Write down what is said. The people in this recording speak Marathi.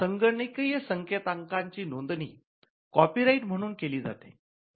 संगणकीय संकेतांकाची नोंदणी कॉपी राईट म्हणून केली जाते